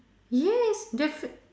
yes defi~